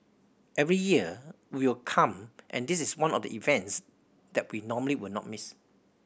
every year we will come and this is one of the events that we normally will not miss